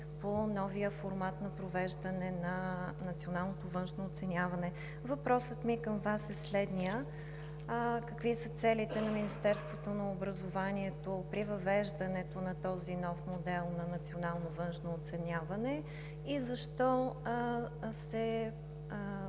по новия формат на провеждане на националното външно оценяване. Въпросът ми към Вас е следният: какви са целите на Министерството на образованието и науката при въвеждането на този нов модел на национално външно оценяване и защо се